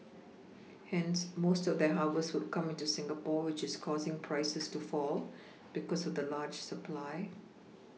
hence most of their harvest would come into Singapore which is causing prices to fall because of the large supply